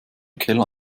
keller